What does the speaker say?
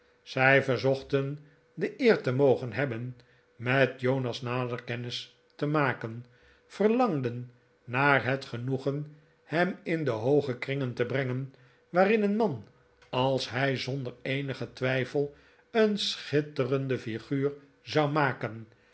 zij verzochten de eer te mogen hebben met jonas nader kennis te maken verlangden naar het genoegen hem in de hooge kringen te brengen waarin een man als hij zonder eenigen twijfel een schitterende figuur zou maken